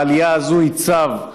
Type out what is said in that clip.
העלייה הזאת היא צו,